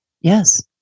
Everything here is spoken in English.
Yes